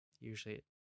usually